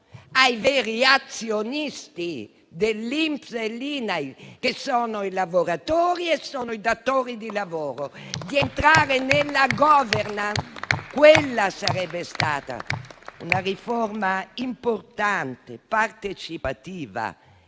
ai veri azionisti dell'INPS e dell'INAIL, che sono i lavoratori e sono i datori di lavoro, di entrare nella *governance*? Quella sarebbe stata la riforma importante, partecipativa,